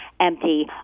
empty